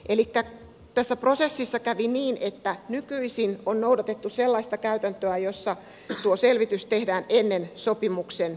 elikkä tässä prosessissa kävi niin että nykyisin on noudatettu sellaista käytäntöä jossa tuo selvitys tehdään ennen sopimuksen solmimista